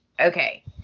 okay